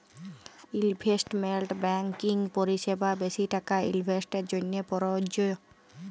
investment banking পরিসেবা বেশি টাকা ইলভেস্টের জ্যনহে পরযজ্য